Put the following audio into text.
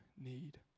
need